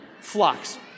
flocks